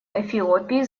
эфиопии